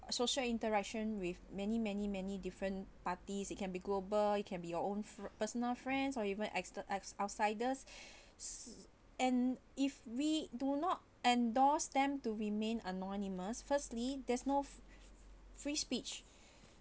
social interaction with many many many different parties you can be global you can be your own for personal friends or even exter~ as outsiders and if we do not endorse them to remain anonymous firstly there's free free speech